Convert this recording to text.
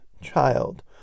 child